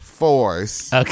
force